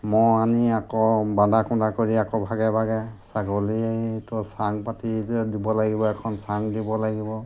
ম'হ আনি আকৌ বান্ধা খোন্ধা কৰি আকৌ ভাগে ভাগে ছাগলীটো চাং পাতি দিব লাগিব এখন চাং দিব লাগিব